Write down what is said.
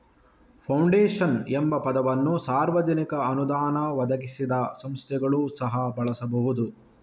foundation ಎಂಬ ಪದವನ್ನು ಸಾರ್ವಜನಿಕ ಅನುದಾನ ಒದಗಿಸದ ಸಂಸ್ಥೆಗಳು ಸಹ ಬಳಸಬಹುದು